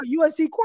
USC